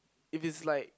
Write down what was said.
if it's like